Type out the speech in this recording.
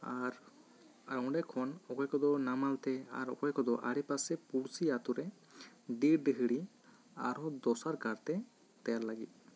ᱟᱨ ᱟᱨ ᱚᱸᱰᱮ ᱠᱷᱚᱱ ᱚᱠᱚᱭ ᱠᱚᱫᱚ ᱱᱟᱢᱟᱞ ᱛᱮ ᱟᱨ ᱚᱠᱚᱭ ᱠᱚᱫᱚ ᱟᱲᱮ ᱯᱟᱥᱮ ᱯᱩᱲᱥᱤ ᱟᱹᱛᱩ ᱨᱮ ᱰᱤ ᱰᱤᱦᱲᱤ ᱟᱨᱦᱚᱸ ᱫᱚᱥᱟᱨ ᱜᱟᱨ ᱛᱮ ᱛᱮᱨ ᱞᱟᱹᱜᱤᱫ